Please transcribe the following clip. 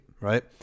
right